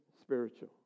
spiritual